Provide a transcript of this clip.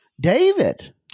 David